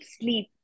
sleep